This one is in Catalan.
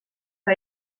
que